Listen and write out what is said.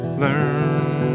learn